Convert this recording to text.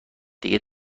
دیگه